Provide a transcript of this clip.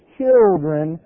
children